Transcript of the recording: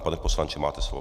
Pane poslanče, máte slovo.